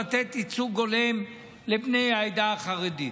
לתת ייצוג הולם לבני העדה החרדית.